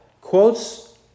quotes